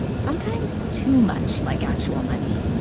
sometimes too much like actual money.